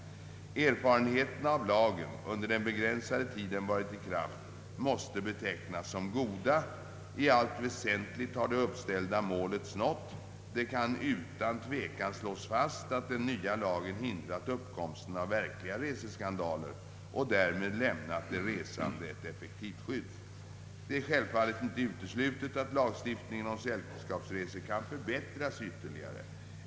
Erfarenheterna av lagen under den begränsade tid den varit i kraft måste betecknas som goda. I allt väsentligt har det uppställda målet nåtts. Det kan utan tvekan slås fast att den nya lagen hindrat uppkomsten av verkliga reseskandaler och därmed lämnat de resande ett effektivt skydd. Det är självfallet inte uteslutet att lagstiftningen om sällskapsresor kan förbättras ytterligare.